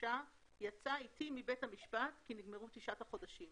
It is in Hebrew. קשה יצא אתי מבית המשפט כי נגמרו תשעת החודשים,